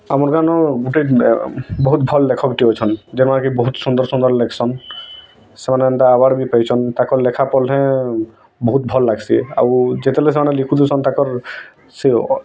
ଆମର ଗାଁନୁ ଗୋଟେ ବହୁତ୍ ଭଲ ଲେଖକ ଟେ ଅଛନ୍ ଯେନ୍ ବହୁତ୍ ସୁନ୍ଦର୍ ସୁନ୍ଦର୍ ଲେଖସନ୍ ସେମାନେ ଏନ୍ତା ଆୱାର୍ଡ଼ ବି ପାଇଛନ୍ ତାଙ୍କ ଲେଖା ପଢ଼ିଲେ ବହୁତ୍ ଭଲ୍ ଲାଗ୍ସି ଆଉ ଯେତେବେଲେ ସେମାନେ ଲେଖି ଦଉସନ୍ କାଙ୍କର ସେ